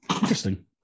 Interesting